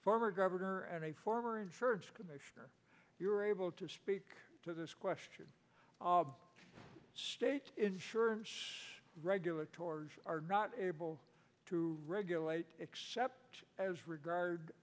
former governor former and you're able to speak to this question of state insurance regulatory are not able to regulate except as regard